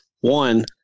One